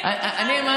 אני מבטיחה לך,